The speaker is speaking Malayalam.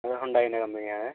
അതേ ഹ്യൂണ്ടായിൻ്റെ കമ്പനിയാണ്